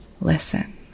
listen